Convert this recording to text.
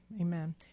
Amen